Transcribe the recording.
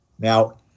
Now